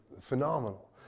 phenomenal